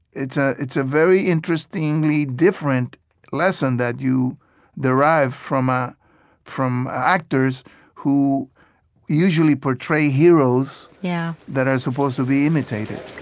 it's ah it's a very interestingly different lesson that you derive from ah from actors who usually portray heroes yeah that are supposed to be imitated